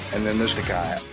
and then there's the guy.